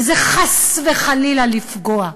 וזה חס וחלילה לפגוע,